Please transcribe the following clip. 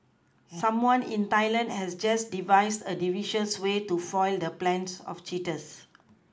someone in Thailand has just devised a devious way to foil the plans of cheaters